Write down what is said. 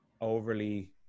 overly